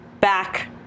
back